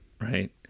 Right